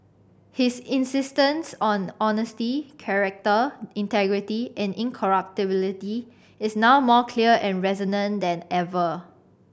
his insistence on honesty character integrity and incorruptibility is now more clear and resonant than ever